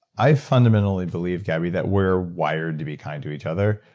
i fundamentally believe gabby, that we're wired to be kind to each other,